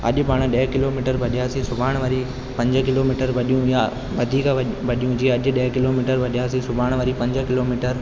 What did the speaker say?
अॼु पाण ॾह किलोमीटर भॼियासीं सुभाणे वरी पंज किलोमीटर भॼूं या वरी वधीक भॼूं जीअं अॼु ॾह किलोमीटर भॼियासीं सुभाणे वरी पंज किलोमीटर